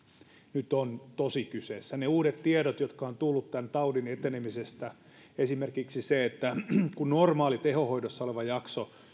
nyt on tosi kyseessä ne uudet tiedot jotka ovat tulleet tämän taudin etenemisestä esimerkiksi se että kun normaali tehohoidossa oleva jakso